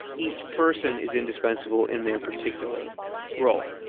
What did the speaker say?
each person is indispensable in their particular role.